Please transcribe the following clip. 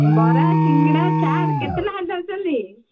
ବରା ସିଙ୍ଗିଡ଼ା ଚାଟ୍ କେତେ ଲେଖାରେ ଦେଉଛନ୍ତି